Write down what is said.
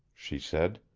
she said,